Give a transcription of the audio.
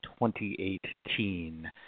2018